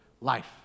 life